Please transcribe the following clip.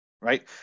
right